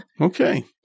Okay